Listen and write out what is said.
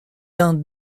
d’un